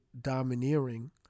domineering